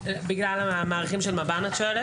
בגלל המעריכים של מב"ן, את שואלת?